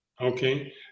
Okay